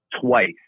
twice